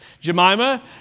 Jemima